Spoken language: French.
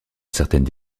certaines